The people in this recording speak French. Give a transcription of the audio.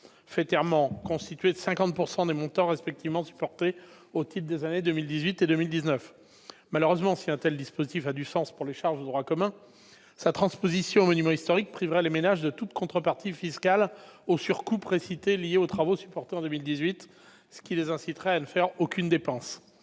forfaitairement constituées de 50 % des montants respectivement supportés au titre des années 2018 et 2019. Malheureusement, si un tel dispositif a du sens pour les charges de droit commun, sa transposition aux monuments historiques priverait les ménages de toute contrepartie fiscale aux surcoûts précités liés aux travaux supportés en 2018, ce qui les inciterait à ne faire aucune dépense.